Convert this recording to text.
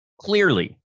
Clearly